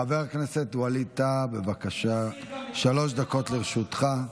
חבר הכנסת ווליד טאהא, בבקשה, שלוש דקות לרשותך.